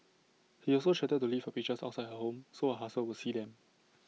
he also threatened to leave her pictures outside her home so her husband would see them